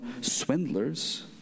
swindlers